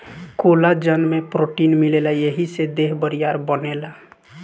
collagen में protein मिलेला एही से देह बरियार बनेला